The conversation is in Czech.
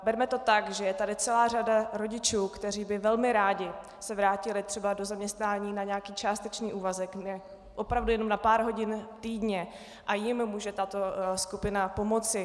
Berme to tak, že je tady celá řada rodičů, kteří by se velmi rádi vrátili třeba do zaměstnání na nějaký částečný úvazek, opravdu jen na pár hodin týdně, a jim může tato skupina pomoci.